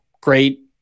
great